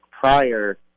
prior